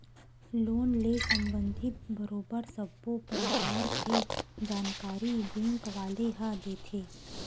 loan ले संबंधित बरोबर सब्बो परकार के जानकारी बेंक वाले ह देथे